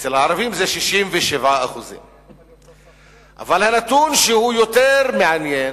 אצל הערבים זה 67%. אבל הנתון שהוא יותר מעניין: